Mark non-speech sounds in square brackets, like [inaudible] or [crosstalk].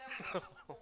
[laughs]